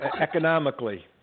economically